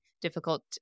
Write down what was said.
difficult